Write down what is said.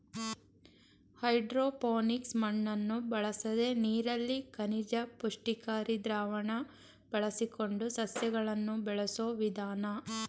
hydroponics ಮಣ್ಣನ್ನು ಬಳಸದೆ ನೀರಲ್ಲಿ ಖನಿಜ ಪುಷ್ಟಿಕಾರಿ ದ್ರಾವಣ ಬಳಸಿಕೊಂಡು ಸಸ್ಯಗಳನ್ನು ಬೆಳೆಸೋ ವಿಧಾನ